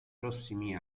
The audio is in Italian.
prossimi